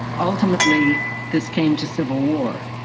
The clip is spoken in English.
ultimately, this came to civil war,